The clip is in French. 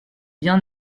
bien